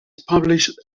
published